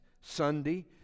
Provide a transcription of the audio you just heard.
Sunday